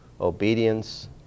obedience